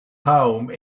home